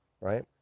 right